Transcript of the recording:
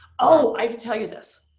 oh! i have to tell you this.